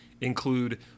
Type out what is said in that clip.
include